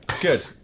good